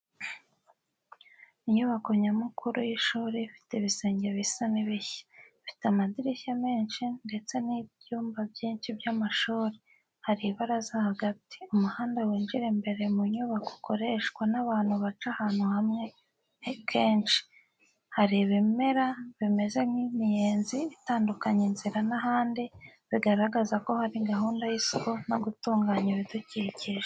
Inyubako nyamukuru y’ishuri ifite ibisenge bisa n’ibishya. Ifite amadirishya menshi ndetse n'ibyumba byinshi by’amashuri. Hari ibaraza hagati. Umuhanda winjira imbere mu nyubako ukoreshwa n’abantu baca ahantu hamwe kenshi. Hari ibimera bimeze nk'imiyenzi itandukanya inzira n’ahandi, bigaragaza ko hari gahunda y’isuku no gutunganya ibidukikije.